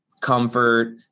comfort